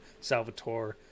Salvatore